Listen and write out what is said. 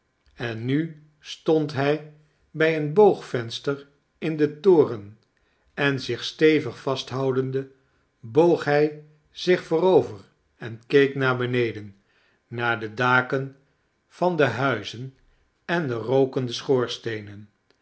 en nu stond hij bij een boogvenster in den toren en zioh stevig vasthoudende boog hij zich voorover en keek naar beneden naar de daken van de huizen en de rookende